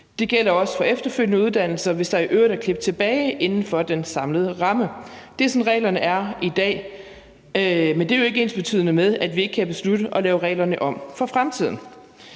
Det gælder også for efterfølgende uddannelser, hvis der i øvrigt er klip tilbage inden for den samlede ramme. Det er sådan, reglerne er i dag. Men det er jo ikke ensbetydende med, at vi ikke kan beslutte at lave reglerne om for fremtiden.